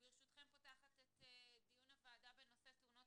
ברשותכם אני פותחת את דיון הוועדה בנושא תאונות